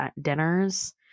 dinners